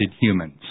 humans